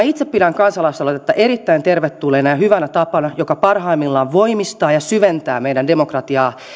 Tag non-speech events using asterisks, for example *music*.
*unintelligible* itse pidän kansalais aloitetta erittäin tervetulleena ja hyvänä tapana joka parhaimmillaan voimistaa ja syventää meidän demokratiaamme